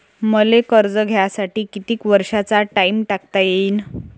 मले कर्ज घ्यासाठी कितीक वर्षाचा टाइम टाकता येईन?